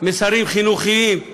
מסרים חינוכיים,